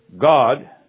God